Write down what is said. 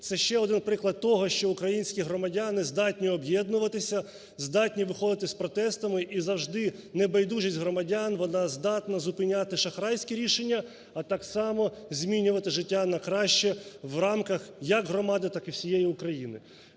Це ще один приклад того, що українські громадяни здатні об'єднуватися, здатні виходити з протестами і завжди небайдужість громадян, вона здатна зупиняти шахрайські рішення, а так само змінювати життя на краще в рамках як громади, так і всієї України.